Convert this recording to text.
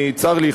צר לי,